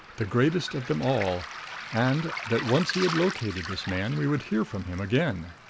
the greatest of them all and that, once he had located this man, we would hear from him again.